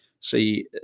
see